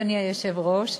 אדוני היושב-ראש,